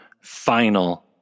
final